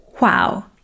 Wow